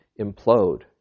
implode